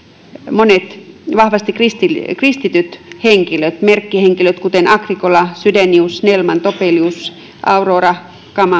monet vahvasti kristityt henkilöt merkkihenkilöt kuten agricola chydenius snellman topelius ja aurora